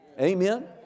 Amen